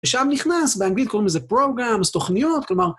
ושם נכנס, באנגלית קוראים לזה programs, תוכניות, כלומר...